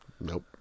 Nope